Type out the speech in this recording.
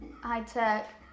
high-tech